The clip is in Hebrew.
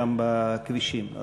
שם בכבישים.